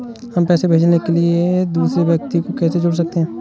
हम पैसे भेजने के लिए दूसरे व्यक्ति को कैसे जोड़ सकते हैं?